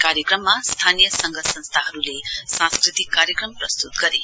कार्यक्रममा स्थानीय संघ संस्थाहरुले सांस्क्रतिक कार्यक्रम प्रस्तुत गरे